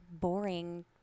boring